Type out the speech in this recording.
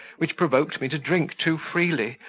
which provoked me to drink too freely,